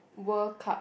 World Cup